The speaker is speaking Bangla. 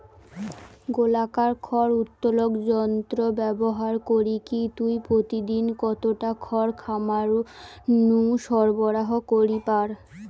গোলাকার খড় উত্তোলক যন্ত্র ব্যবহার করিকি তুমি প্রতিদিন কতটা খড় খামার নু সরবরাহ করি পার?